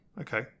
okay